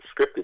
scripted